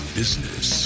business